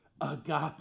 agape